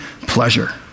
pleasure